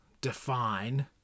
define